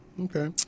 Okay